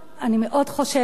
אני מאוד חוששת,